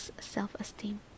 self-esteem